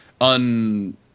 un